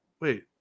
Wait